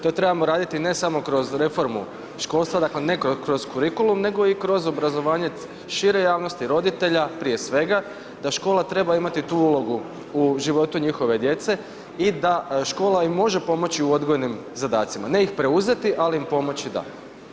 To trebamo raditi ne samo kroz reformu školstva, dakle ne kroz kurikulum nego i kroz obrazovanje šire javnosti, roditelja prije svega, da škola treba imati tu ulogu u životu njihove djece i da škola im može pomoći u odgojnim zadacima, ne ih preuzeti ali im pomoći da.